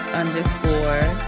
underscore